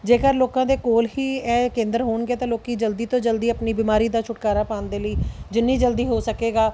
ਜੇਕਰ ਲੋਕਾਂ ਦੇ ਕੋਲ ਹੀ ਇਹ ਕੇਂਦਰ ਹੋਣਗੇ ਤਾਂ ਲੋਕ ਜਲਦੀ ਤੋਂ ਜਲਦੀ ਆਪਣੀ ਬਿਮਾਰੀ ਦਾ ਛੁਟਕਾਰਾ ਪਾਉਣ ਦੇ ਲਈ ਜਿੰਨੀ ਜਲਦੀ ਹੋ ਸਕੇਗਾ